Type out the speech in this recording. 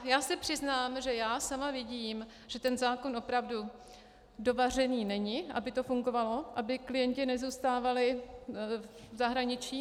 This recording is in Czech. Já se přiznám, že sama vidím, že ten zákon opravdu dovařený není, aby to fungovalo, aby klienti nezůstávali v zahraničí.